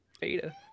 Beta-